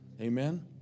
Amen